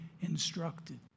instructed